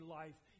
life